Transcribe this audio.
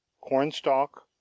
Cornstalk